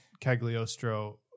Cagliostro